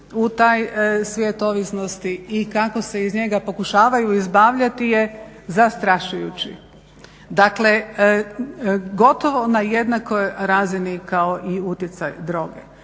u taj svijet ovisnosti i kako se iz njega pokušavaju izbavljati je zastrašujući. Dakle, gotovo na jednakoj razini kao i utjecaj droge.